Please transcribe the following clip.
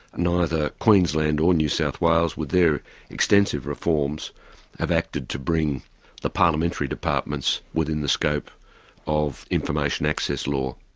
neither queensland or new south wales, with their extensive reforms have acted to bring the parliamentary departments within the scope of information access law.